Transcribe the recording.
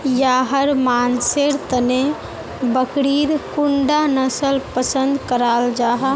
याहर मानसेर तने बकरीर कुंडा नसल पसंद कराल जाहा?